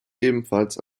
ebenfalls